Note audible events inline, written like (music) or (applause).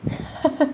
(laughs)